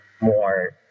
more